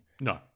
No